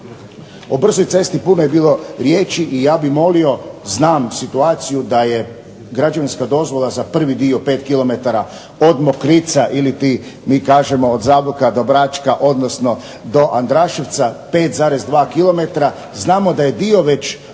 O brzoj cesti puno je bilo riječi i ja bih molio, znam situaciju da je građevinska dozvola za prvi dio 5 km od Mokrica ili mi kažemo od Zaboka do Bračka, odnosno do Andraševca 5,2 km, znamo da je dio već